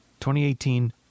2018